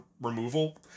removal